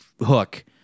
Hook